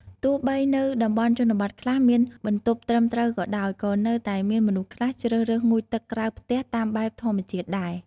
ទោះបី នៅតំបន់ជនបទខ្លះមានបន្ទប់ត្រឹមត្រូវក៏ដោយ ក៏នៅតែមានមនុស្សខ្លះជ្រើសរើសងូតទឹកក្រៅផ្ទះតាមបែបធម្មជាតិដែរ។